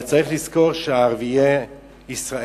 אבל צריך לזכור שערביי ישראל,